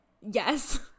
yes